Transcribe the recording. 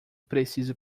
preciso